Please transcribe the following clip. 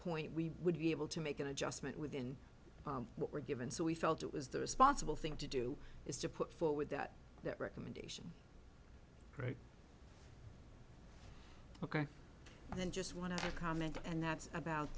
point we would be able to make an adjustment within what we're given so we felt it was the responsible thing to do is to put forward that that recommendation right ok and then just want to comment and that's about